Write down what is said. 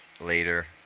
later